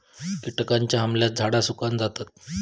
किटकांच्या हमल्यात झाडा सुकान जातत